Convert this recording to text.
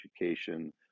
education